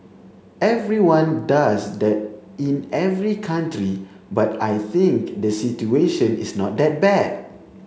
everyone does that in every country but I think the situation is not that bad